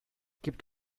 gibt